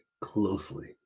closely